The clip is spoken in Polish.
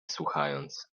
słuchając